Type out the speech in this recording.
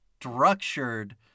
structured